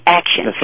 action